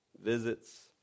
visits